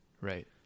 Right